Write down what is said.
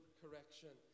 correction